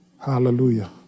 Hallelujah